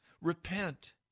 Repent